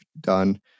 done